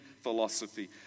philosophy